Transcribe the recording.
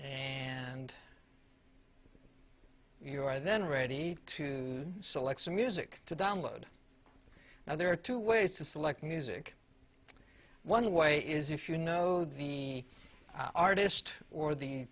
and you are then ready to select some music to download now there are two ways to select music one way is if you know the artist or the